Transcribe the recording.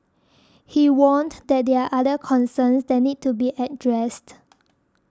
he warned that there are other concerns that need to be addressed